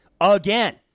again